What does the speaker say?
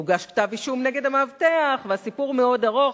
והוגש כתב אישום נגד המאבטח, והסיפור מאוד ארוך.